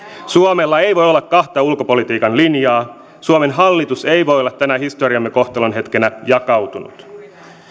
suomella ei voi olla kahta ulkopolitiikan linjaa suomen hallitus ei voi olla tänä historiamme kohtalonhetkenä jakautunut